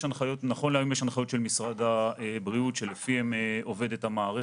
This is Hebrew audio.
נכון להיום יש הנחיות של משרד הבריאות שלפיהן עובדת המערכת.